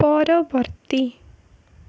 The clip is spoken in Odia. ପରବର୍ତ୍ତୀ